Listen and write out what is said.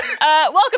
Welcome